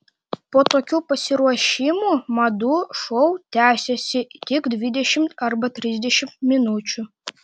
po tokių pasiruošimų madų šou tęsiasi tik dvidešimt arba trisdešimt minučių